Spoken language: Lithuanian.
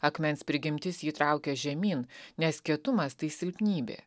akmens prigimtis jį traukia žemyn nes kietumas tai silpnybė